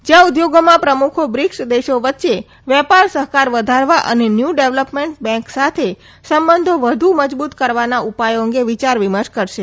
જ્યાં ઉદ્યોગોમાં પ્રમુખો બ્રિક્સ દેશોવચ્ચે વેપાર સહકાર વધારવા અને ન્યૂ ડેવલપમેન્ટ બેન્ક સાથે સંબંધો વધુ મજબૂત કરવાના ઉપાયો અંગે વિયાર વિમર્શ કરશે